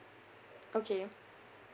okay